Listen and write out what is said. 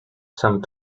some